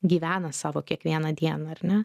gyvena savo kiekvieną dieną ar ne